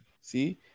See